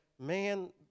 man